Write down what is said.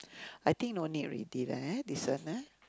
I think no need already leh this one ah